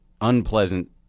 unpleasant